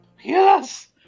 Yes